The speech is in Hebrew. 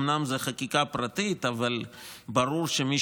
אומנם זאת חקיקה פרטית אבל ברור שמי